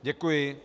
Děkuji.